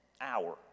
hour